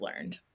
learned